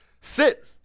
sit